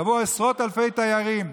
יבואו עשרות אלפי תיירים.